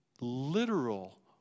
literal